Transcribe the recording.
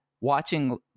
Watching